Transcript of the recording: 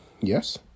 Yes